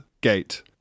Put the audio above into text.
gate